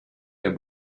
der